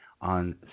on